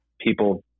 people